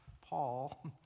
Paul